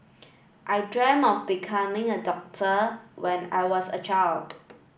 I dreamt of becoming a doctor when I was a child